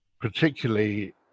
particularly